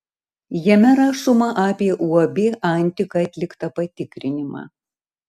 jame rašoma apie uab antika atliktą patikrinimą